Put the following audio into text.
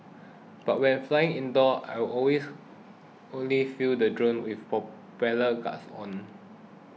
but when flying indoor I always only flew the drone with propeller guards on